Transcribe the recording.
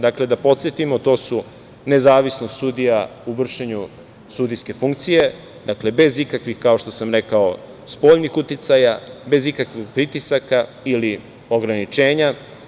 Dakle, da podsetimo to su nezavisnost sudija u vršenju sudijske funkcije bez ikakvih, kao što sam rekao, spoljnih uticaja, bez ikakvog pritisaka ili ograničenja.